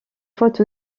faute